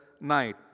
night